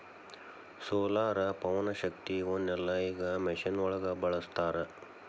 solar, ಪವನಶಕ್ತಿ ಇವನ್ನೆಲ್ಲಾ ಈಗ ಮಿಷನ್ ಒಳಗ ಬಳಸತಾರ